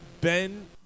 Ben